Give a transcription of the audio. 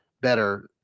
better